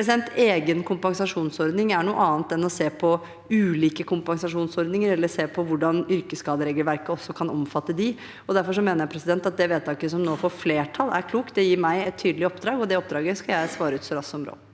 En egen kompensasjonsordning er noe annet enn å se på ulike kompensasjonsordninger eller på hvordan yrkesskaderegelverket også kan omfatte dem, og derfor mener jeg at det forslaget til vedtak som nå får flertall, er klokt. Det gir meg et tydelig oppdrag, og det oppdraget skal jeg svare ut så raskt som råd.